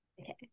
Okay